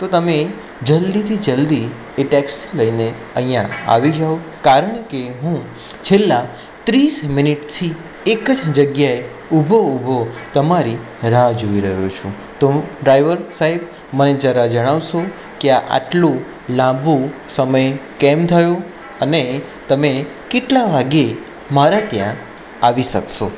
તો તમે જલ્દીથી જલ્દી એ ટેક્સી લઈને અહીંયા આવી જાઓ કારણ કે હું છેલ્લા ત્રીસ મિનિટથી એક જ જગ્યાએ ઊભો ઊભો તમારી રાહ જોઈ રહ્યો છું તો ડ્રાઈવર સાહેબ મને જરા જણાવશો કે આટલું લાંબુ સમય કેમ થયું અને તમે કેટલા વાગ્યે મારા ત્યાં આવી શકસો